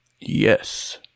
Yes